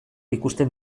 ikusten